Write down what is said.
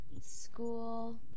School